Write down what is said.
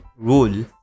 rule